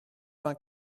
vingt